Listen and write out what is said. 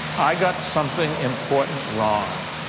i got something important wrong.